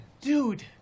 Dude